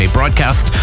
Broadcast